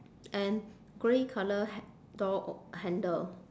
and grey colour ha~ door o~ handle